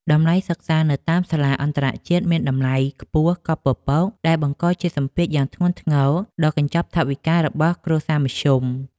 តម្លៃសិក្សានៅតាមសាលាអន្តរជាតិមានតម្លៃខ្ពស់កប់ពពកដែលបង្កជាសម្ពាធយ៉ាងធ្ងន់ធ្ងរដល់កញ្ចប់ថវិការបស់គ្រួសារមធ្យម។